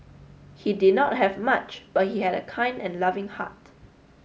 he did not have much but he had a kind and loving heart